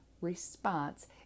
response